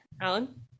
Alan